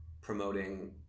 promoting